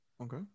Okay